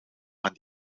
aan